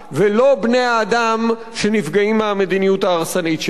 ולא בני-האדם שנפגעים מהמדיניות ההרסנית שלה.